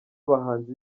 abahanzi